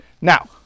Now